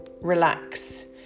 relax